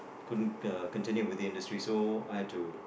couldn't continued with the industry so I have to